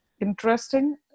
interesting